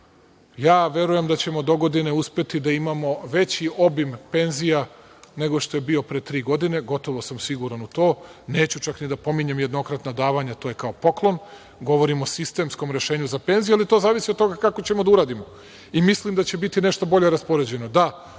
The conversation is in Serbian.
3%. Verujem da ćemo dogodine uspeti da imamo veći obim penzija, nego što je bio pre tri godine, gotovo sam siguran u to, neću čak ni da pominjem jednokratna davanja. To je kao poklon. Govorim o sistemskom rešenju za penziju, ali to zavisi od toga kako ćemo da uradimo i mislim da će biti nešto bolje raspoređeno. Da,